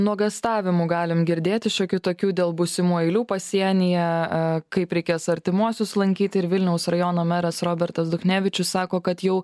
nuogąstavimų galim girdėti šiokių tokių dėl būsimų eilių pasienyje kaip reikės artimuosius lankyti ir vilniaus rajono meras robertas duchnevičius sako kad jau